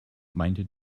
meinte